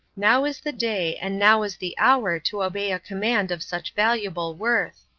now is the day and now is the hour to obey a command of such valuable worth.